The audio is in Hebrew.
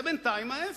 זה בינתיים ההיפך.